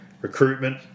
recruitment